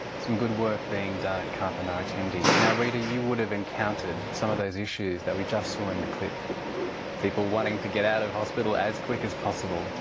some good work being done at karpa ngarrattendi. now, rita, you would have encountered some of those issues that we just saw in the clip people wanting to get out of hospital as quick as possible.